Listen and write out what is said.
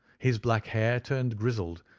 his black hair turned grizzled,